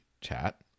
chat